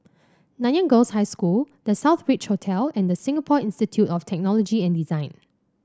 Nanyang Girls' High School The Southbridge Hotel and Singapore of Technology and Design